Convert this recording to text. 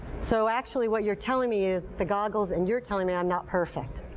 so, actually, what you're telling me is the goggles and you're telling me i'm not perfect.